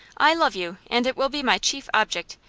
i love you, and it will be my chief object,